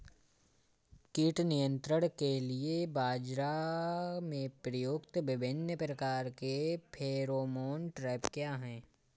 कीट नियंत्रण के लिए बाजरा में प्रयुक्त विभिन्न प्रकार के फेरोमोन ट्रैप क्या है?